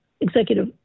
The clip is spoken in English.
executive